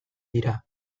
dira